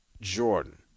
Jordan